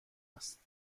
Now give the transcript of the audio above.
است